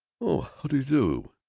oh! how d' you do.